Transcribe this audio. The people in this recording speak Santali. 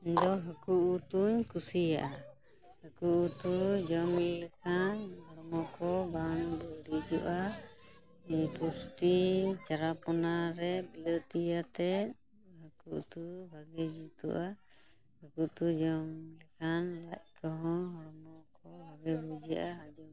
ᱤᱧᱫᱚ ᱦᱟᱹᱠᱩ ᱩᱛᱩᱧ ᱠᱩᱥᱤᱭᱟᱜᱼᱟ ᱦᱟᱹᱠᱩ ᱩᱛᱩ ᱡᱚᱢ ᱞᱮᱠᱷᱟᱱ ᱦᱚᱲᱢᱚ ᱠᱚ ᱵᱟᱝ ᱵᱟᱹᱲᱤᱡᱚᱜᱼᱟ ᱯᱩᱥᱛᱤ ᱪᱟᱨᱟᱯᱚᱱᱟ ᱨᱮ ᱵᱤᱞᱟᱹᱛᱤᱭᱟᱛᱮᱫ ᱦᱟᱹᱠᱩ ᱩᱛᱩ ᱵᱷᱟᱜᱮ ᱡᱩᱛᱩᱜᱼᱟ ᱦᱟᱹᱠᱩ ᱩᱛᱩ ᱡᱚᱢ ᱞᱮᱠᱷᱟᱱ ᱞᱟᱡ ᱠᱚᱦᱚ ᱦᱚᱲᱢᱚ ᱠᱚ ᱵᱷᱟᱜᱮ ᱵᱩᱡᱷᱟᱹᱜᱼᱟ